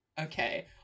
Okay